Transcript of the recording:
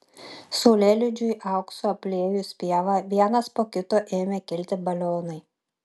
saulėlydžiui auksu apliejus pievą vienas po kito ėmė kilti balionai